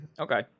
Okay